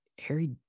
Harry